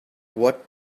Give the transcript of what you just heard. what